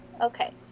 Okay